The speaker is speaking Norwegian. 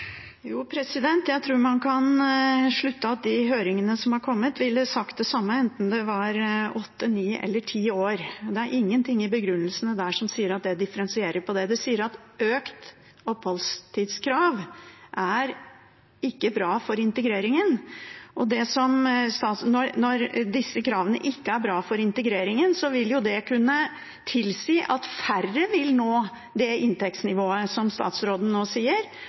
Jeg tror man kan slutte at en i de høringsuttalelsene som har kommet, ville sagt det samme enten det var åtte, ni eller ti år. Det er ingenting i begrunnelsene der som sier at det differensieres på det. De sier at økt oppholdstidskrav ikke er bra for integreringen. Og når disse kravene ikke er bra for integreringen, vil jo det kunne tilsi at færre vil nå det inntektsnivået som statsråden nå